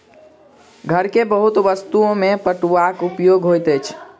घर के बहुत वस्तु में पटुआक उपयोग होइत अछि